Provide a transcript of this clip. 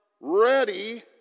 ready